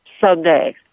someday